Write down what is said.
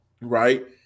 right